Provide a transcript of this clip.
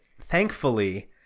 thankfully